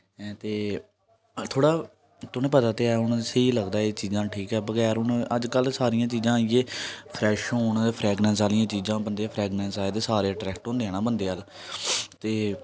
ऐं ते थोह्ड़ा तुने पता ते है हून स्हेई लगदा ऐ एह् चीजां ठीक बगैर हून अज्जकल सारियां चीजां इ'यै फ्रेश होन फ्रगनेस आहलियां चीजां बंदे गी फ्रगनेस आए ते सारे अटरेक्ट होंदे न बंदे अ'ल्ल ते